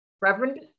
Reverend